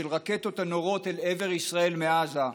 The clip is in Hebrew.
של רקטות הנורות אל עבר ישראל מעזה.